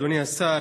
אדוני השר,